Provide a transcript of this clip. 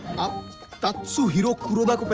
um tatsuhiro kuroda?